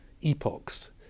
epochs